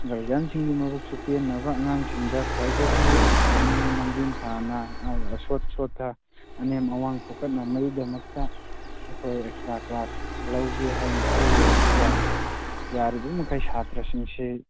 ꯒꯥꯔꯖꯤꯌꯥꯟꯁꯤꯡꯒꯤ ꯃꯕꯨꯁꯛꯁꯨ ꯄꯦꯟꯅꯕ ꯑꯉꯥꯡꯁꯤꯡꯗ ꯈ꯭ꯋꯥꯏꯗꯒꯤ ꯁꯨꯝ ꯃꯥꯡꯖꯤꯟ ꯊꯥꯅ ꯑꯁꯣꯠ ꯁꯣꯠꯇ ꯑꯅꯦꯝ ꯑꯋꯥꯡ ꯐꯨꯒꯠꯅꯕꯩꯗꯃꯛꯇ ꯑꯩꯈꯣꯏ ꯑꯦꯛꯁꯇ꯭ꯔꯥ ꯀ꯭ꯂꯥꯁ ꯂꯧꯒꯦ ꯍꯥꯏꯅ ꯈꯜꯂꯤ ꯑꯗꯨꯒ ꯌꯥꯔꯤꯕ ꯃꯈꯩ ꯁꯥꯇ꯭ꯔꯁꯤꯡꯁꯤ